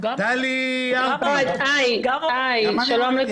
טלי ארפי, תני פרשנות לגבי החימום והקירור...